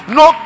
no